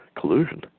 collusion